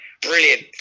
Brilliant